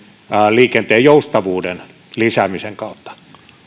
liikenteen joustavuuden lisäämisen kautta